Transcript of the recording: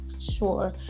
Sure